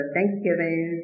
Thanksgiving